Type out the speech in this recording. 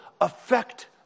affect